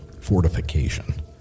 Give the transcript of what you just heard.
fortification